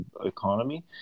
economy